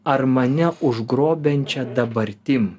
ar mane užgrobiančia dabartimi